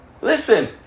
Listen